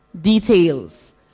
details